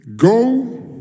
Go